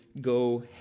go